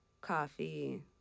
coffee